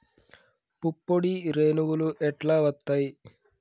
పుప్పొడి రేణువులు ఎట్లా వత్తయ్?